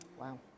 Wow